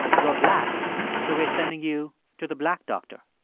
you're black so we're sending you to the black doctor?